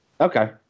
okay